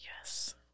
yes